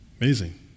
Amazing